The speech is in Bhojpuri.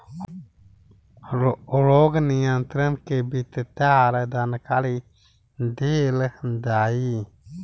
रोग नियंत्रण के विस्तार जानकरी देल जाई?